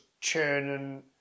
churning